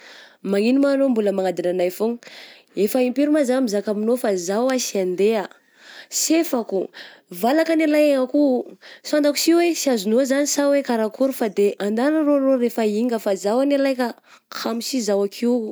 Magnino ma anao mbola manadigna anay foana? Efa impiry ma zah mizaka aminao fa zah hoa sy handeha, sy hefako, valaka agne lahy iaho ko oh, sy fantako sy hoe sy azonao zany sa hoe karakory fa andagna rô rô rehefa ihinga fa izaho agne lahy kamo sy zah akeo io.